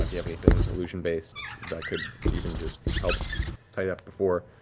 if you have anything illusion-based that could even just help tidy up before.